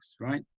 right